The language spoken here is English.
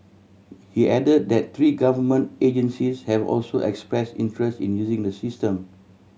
he add that three government agencies have also express interest in using the system